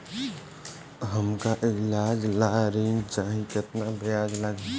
हमका ईलाज ला ऋण चाही केतना ब्याज लागी?